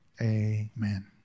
amen